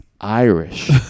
Irish